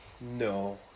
No